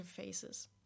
interfaces